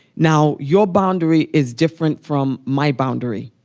now your boundary is different from my boundary